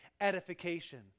edification